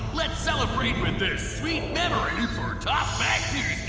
let's celebrate with this sweet memory for toss-back-tuesday.